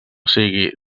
sigui